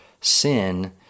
sin